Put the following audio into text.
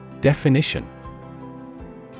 Definition